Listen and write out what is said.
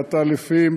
בעטלפים,